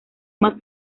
más